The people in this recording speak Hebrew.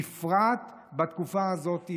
בפרט בתקופה הזאת,